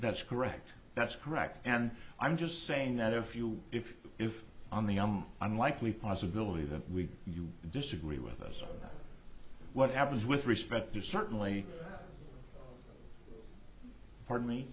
that's correct that's correct and i'm just saying that if you if if on the um unlikely possibility that we you disagree with us on what happens with respect to certainly par